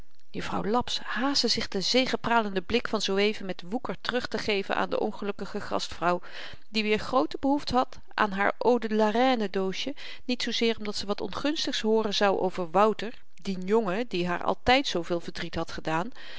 juffrouw laps haastte zich den zegepralenden blik van zooeven met woeker terugtegeven aan de ongelukkige gastvrouw die weer groote behoefte had aan haar eau de la reine doosje niet zoozeer omdat ze wat ongunstigs hooren zou over wouter dien jongen die haar altyd zooveel verdriet had gedaan